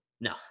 No